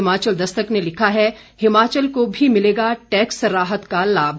हिमाचल देस्तक ने लिखा है हिमाचल को भी मिलेगा टैक्स राहत का लाभ